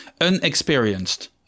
unexperienced